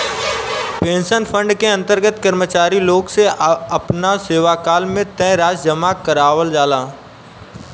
pension fund के अंतर्गत कर्मचारी लोग से आपना सेवाकाल में तय राशि जामा करावल जाला